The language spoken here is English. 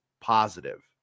positive